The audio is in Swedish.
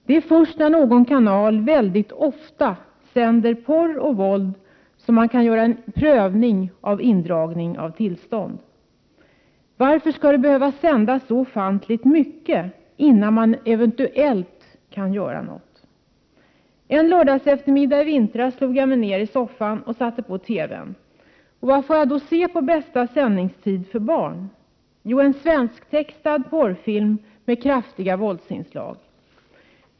Det är först när någon kanal väldigt ofta sänder porr och våld som man kan göra en prövning i fråga om indragning av tillstånd. Varför skall det behöva sändas så ofantligt mycket innan man eventuellt kan göra något? En lördagseftermiddag i vintras slog jag mig ner i soffan och satte på TV:n. Vad får jag då se på bästa sändningstid för barn? Jo, en svensktextad porrfilm med kraftiga våldsinslag.